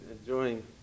enjoying